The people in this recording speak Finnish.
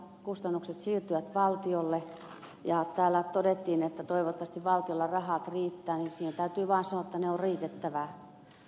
kustannukset siirtyvät valtiolle ja täällä todettiin että toivottavasti valtiolla rahat riittävät ja siihen täytyy vain sanoa että niiden on riitettävä